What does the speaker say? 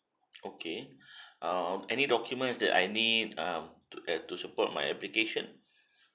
okay err any documents that I need uh to uh to support my application